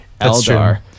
Eldar